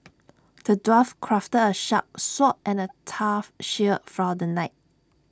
the dwarf crafted A sharp sword and A tough shield for the knight